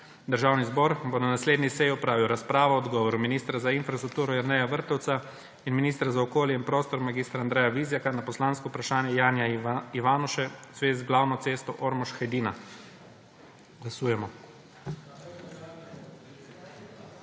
Državni zbor bo na naslednji seji opravil razpravo o odgovoru ministra za infrastrukturo Jerneja Vrtovca in ministra za okolje in prostor mag. Andreja Vizjaka na poslansko vprašanje Janija Ivanuše v zvezi z glavno cesto Ormož–Hajdina. Glasujemo.